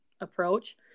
approach